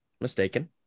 mistaken